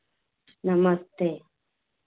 नमस्ते